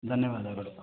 ಧನ್ಯವಾದಗಳು